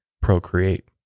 procreate